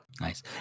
Nice